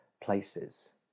places